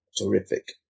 Terrific